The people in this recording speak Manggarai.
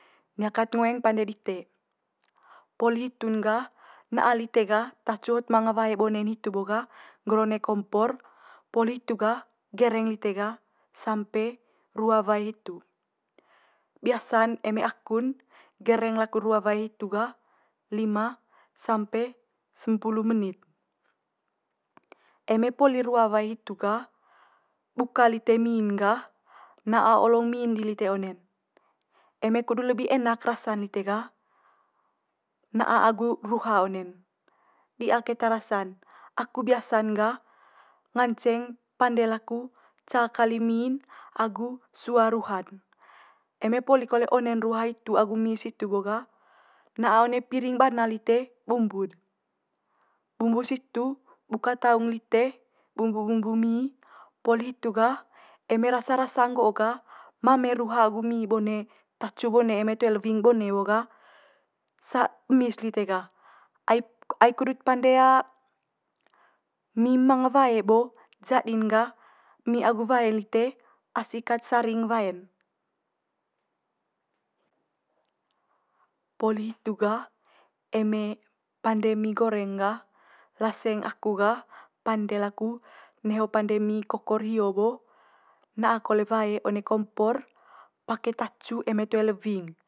Nia kat ngoeng pande dite, poli hitu'n gah na'a lite gah tacu hot manga wae bone'n hitu bo gah ngger one kompor, poli hitu gah gereng lite gah sampe rua wae hitu. Biasa'n eme aku'n gereng laku rua wae hitu gah lima sampe sempulu menit. Eme poli rua wae hitu gah buka lite mi'n gah na'a olong mi'n di lite one'n. eme kudu lebi enak rasa'n lite gah na'a agu ruha one'n di'a keta rasa'n. Aku biasa'n gah nganceng pande laku ca kali mi'n agu sua ruha'n. Eme poli kole one'n ruha hitu agu mi situ bo gah, na'a one piring bana lite bumbu'n. Bumbu situ buka taung lite bumbu bumbu mi, poli hitu gah eme rasa rasa nggo'o gah mame ruha agu mi bone tacu bone eme toe lewing bone bo gah, emi's lite gah. Ai ai kudut pande wae bo jadi'n gah emi agu wae lite asi kat saring wae'n. poli hitu gah eme pande mi goreng gah laseng aku gah pande laku neho pande mi kokor hio bo na'a kole wae one kompor pake tacu eme toe lewing.